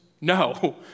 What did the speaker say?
No